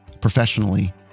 professionally